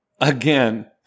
again